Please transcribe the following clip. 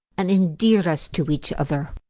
and endeared us to each other.